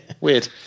weird